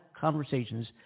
conversations